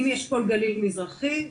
אני מאשכול גליל מזרחי,